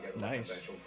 Nice